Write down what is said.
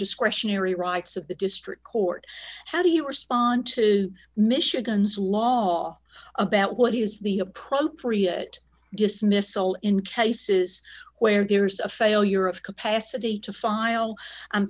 discretionary rights of the district court how do you respond to michigan's law about what is the appropriate dismissal in cases where there's a failure of capacity to file i'm